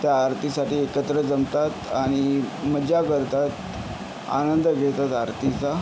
त्या आरतीसाठी एकत्र जमतात आणि मजा करतात आनंद घेतात आरतीचा